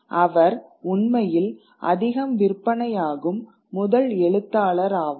அவர் உண்மையில் அதிகம் விற்பனையாகும் முதல் எழுத்தாளர் ஆவார்